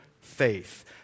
faith